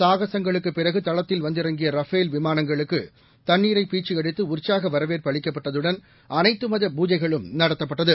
சாகசங்களுக்குப் பிறகு தளத்தில் வந்திறங்கிய ரஃபேல் விமானங்களுக்கு தண்ணீரை பீய்ச்சியடித்து உற்சாக வரவேற்பு அளிக்கப்பட்டதுடன் அனைத்து மத பூஜைகளும் நடத்தப்பட்டது